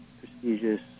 prestigious